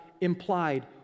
implied